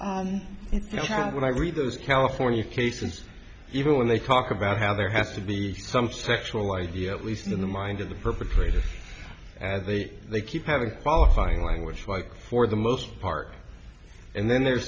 how when i read those california cases even when they talk about how there has to be some sexual idea at least in the mind of the perpetrator and i think they keep having qualifying language like for the most part and then there's